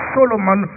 Solomon